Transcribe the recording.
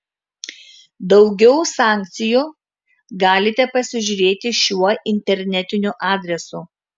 daugiau sankcijų galite pasižiūrėti šiuo internetiniu adresu